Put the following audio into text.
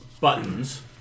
buttons